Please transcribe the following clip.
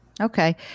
Okay